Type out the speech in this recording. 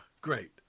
great